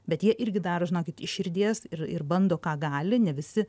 bet jie irgi daro žinokit iš širdies ir ir bando ką gali ne visi